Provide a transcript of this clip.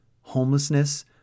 homelessness